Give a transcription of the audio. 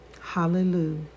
Hallelujah